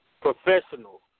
professional